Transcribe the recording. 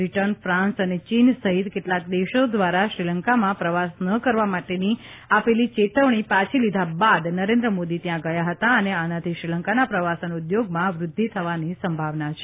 Britain France અને ચીન સહિત કેટલાંક દેશો દ્વારા શ્રીલંકામાં પ્રવાસ ન કરવા માટેની આપેલી ચેતવણી પાછી લીધા બાદ નરેન્દ્ર મોદી ત્યાં ગયા હતા અને આનાથી શ્રીલંકાના પ્રવાસન ઉદ્યોગમાં વ્રદ્ધિ થવાની સંભાવના છે